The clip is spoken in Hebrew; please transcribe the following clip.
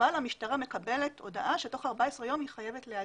אבל המשטרה מקבלת הודעה שתוך 14 ימים היא חייבת להגיב,